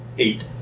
Eight